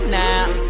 now